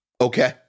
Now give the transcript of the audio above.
Okay